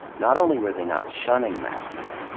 not only were they not shunning mathew,